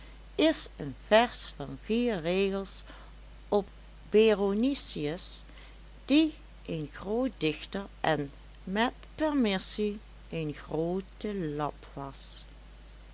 is een vers van vier regels op beronicius die een groot dichter en met permissie een groote lap was